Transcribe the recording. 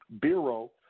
Bureau